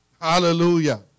Hallelujah